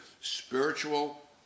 spiritual